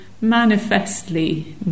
manifestly